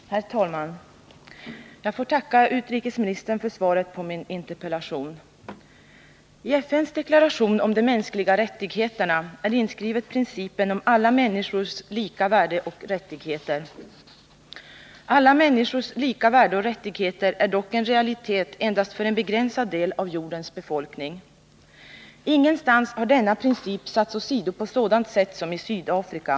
Nr 30 Herr talman! Jag vill tacka utrikesministern för svaret på min interpella Fredagen den tion. I FN:s deklaration om de mänskliga rättigheterna är inskrivet principen 16 november 1979 om alla människors lika värde och rättigheter. Alla människors lika värde och rättigheter är dock en realitet endast för en begränsad del av jordens Om åtgärder för befolkning. att stoppa SAS Ingenstans har denna princip satts åsido på sådant sätt som i Sydafrika.